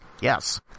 Yes